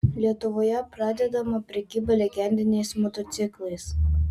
lietuvoje pradedama prekyba legendiniais motociklais